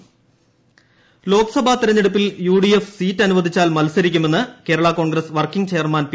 P J Joseph Lok Sabha തെരഞ്ഞെടുപ്പിൽ U D F seat അനുവദിച്ചാൽ മത്സരിക്കുമെന്ന് Kerala Congress working chairman P